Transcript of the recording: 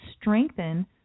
strengthen